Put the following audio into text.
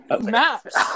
Maps